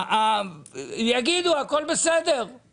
אבל